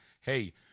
hey